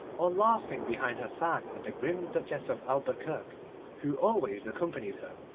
or laughing behind her fan at the grim duchess of albuquerque who always accompanied her,